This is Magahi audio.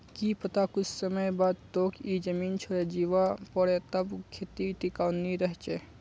की पता कुछ समय बाद तोक ई जमीन छोडे जीवा पोरे तब खेती टिकाऊ नी रह छे